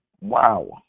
Wow